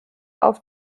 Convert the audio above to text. auf